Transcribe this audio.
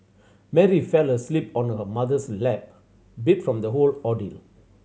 Mary fell asleep on her mother's lap beat from the whole ordeal